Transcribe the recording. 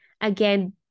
Again